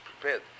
prepared